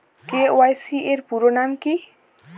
KYC এর পুরোনাম কী?